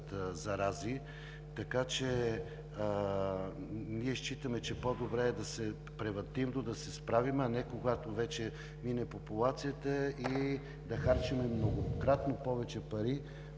зарази. Ние считаме, че е по-добре превантивно да се справим, а не когато вече мине популацията и да харчим многократно повече пари